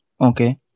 Okay